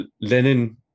Lenin